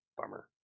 Bummer